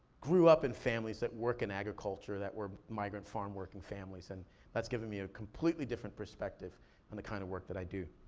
grew up in families that work in agriculture, that were migrant farm-working families, and that's given me a completely different perspective on the kind of work that i do.